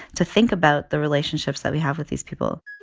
to think about the relationships that we have with these people